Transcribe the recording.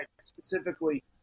specifically